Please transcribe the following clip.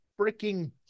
freaking